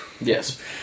Yes